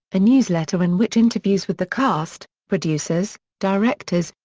a newsletter in which interviews with the cast, producers, directors,